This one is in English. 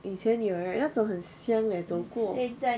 以前有的 [right] 那种很香 eh 走过